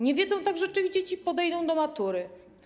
Nie wiedzą także, czy ich dzieci podejdą do matury.